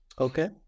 Okay